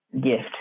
gift